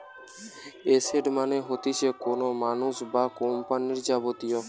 asset মানে হতিছে কোনো মানুষ বা কোম্পানির যাবতীয়